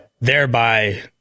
Thereby